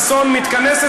מצוינים,